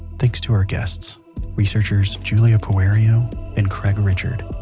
thanks to our guests researchers giulia poerio and craig richard,